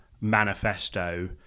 manifesto